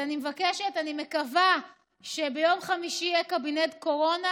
אני מקווה שביום חמישי יהיה קבינט קורונה